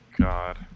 God